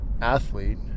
athlete